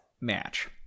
match